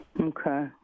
okay